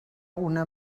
una